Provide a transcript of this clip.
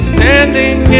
Standing